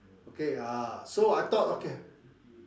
okay ah so I thought okay